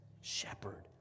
Shepherd